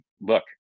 look